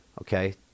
Okay